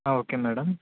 okay madam